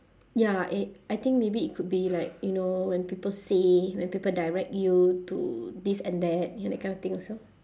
ya it I think maybe it could be like you know when people say when people direct you to this and that you know that kind of thing also